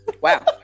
Wow